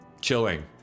Chilling